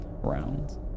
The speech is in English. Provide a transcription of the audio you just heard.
rounds